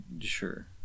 Sure